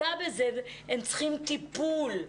הם צריכים טיפול.